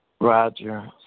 Roger